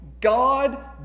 God